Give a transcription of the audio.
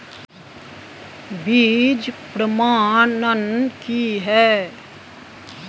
बीज प्रमाणन की हैय?